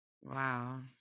Wow